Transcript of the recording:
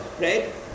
right